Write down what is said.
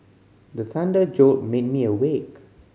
the thunder jolt may me awake